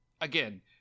again